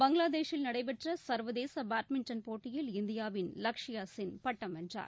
பங்களாதேஷில் நடைபெற்ற சர்வதேச பேட்மிண்டன் போட்டியில் இந்தியாவின் லக்ஷயா சென் பட்டம் வென்றார்